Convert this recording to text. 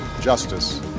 justice